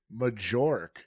Majork